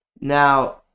Now